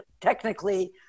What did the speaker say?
technically